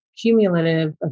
cumulative